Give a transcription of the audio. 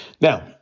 Now